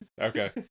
Okay